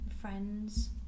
friends